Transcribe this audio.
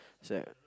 is like